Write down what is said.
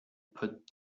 put